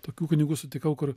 tokių kunigų sutikau kur